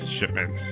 shipments